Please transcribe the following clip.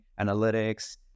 analytics